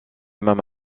même